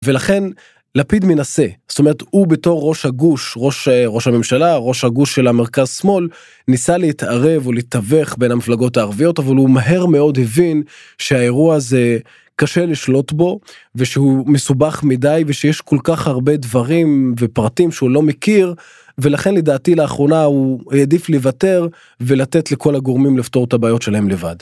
ולכן לפיד מנסה זאת אומרת הוא בתור ראש הגוש ראש ראש הממשלה ראש הגוש של המרכז שמאל ניסה להתערב ולתווך בין המפלגות הערביות אבל הוא מהר מאוד הבין שהאירוע זה קשה לשלוט בו ושהוא מסובך מדי ושיש כל כך הרבה דברים ופרטים שהוא לא מכיר ולכן לדעתי לאחרונה הוא העדיף לוותר ולתת לכל הגורמים לפתור את הבעיות שלהם לבד.